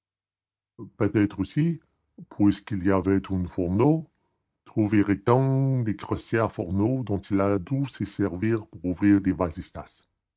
peut-être aussi puisqu'il y avait un fourneau trouverait-on le crochet à fourneau dont il a dû se servir pour ouvrir le vasistas